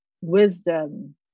wisdom